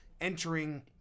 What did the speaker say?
entering